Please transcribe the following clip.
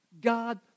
God